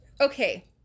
Okay